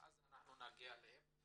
נגיע אליהם.